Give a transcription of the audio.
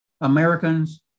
Americans